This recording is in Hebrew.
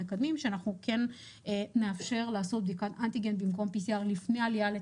פה מנגנון שמאפשר בין היתר לקבל דרך ועדת חריגים פטור מביצוע